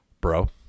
Bro